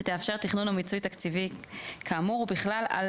שתאפשר תכנון ומיצוי תקציבי כאמור, ובכלל על